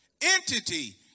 entity